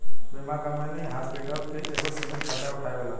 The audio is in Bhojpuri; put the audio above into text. बीमा कंपनी हॉस्पिटल के एगो सीमित खर्चा उठावेला